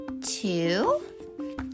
two